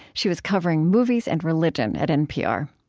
she was covering movies and religion at npr.